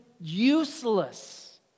useless